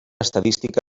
estadística